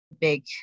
big